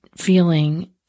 feeling